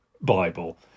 Bible